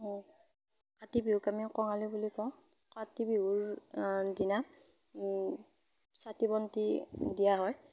কাতি বিহুক আমি কঙালী বুলি কওঁ কাতি বিহুৰ দিনা চাকি বন্তি দিয়া হয়